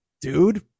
dude